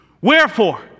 Wherefore